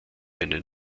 einen